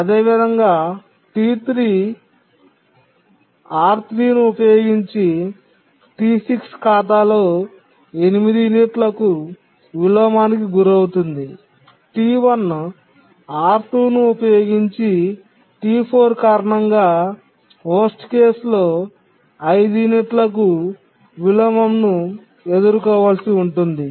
అదేవిధంగా T3 R3 ను ఉపయోగించి T6 ఖాతాలో 8 యూనిట్లకు విలోమానికి గురవుతుంది T1 R2 ను ఉపయోగించి T4 కారణంగా చెత్త సందర్భంలో 5 యూనిట్లకు విలోమం ను ఎదుర్కోవలసి ఉంటుంది